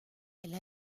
elle